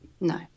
No